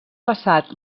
passat